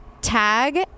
tag